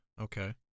okay